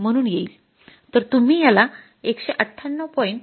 तर तुम्ही याला १९८